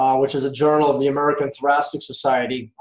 um which is a journal of the american thoracic society.